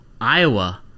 Iowa